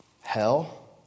Hell